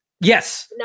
Yes